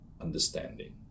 understanding